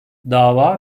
dava